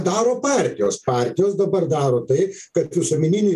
daro partijos partijos dabar daro tai kad visuomeninių